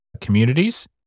communities